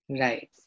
Right